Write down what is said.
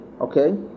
Okay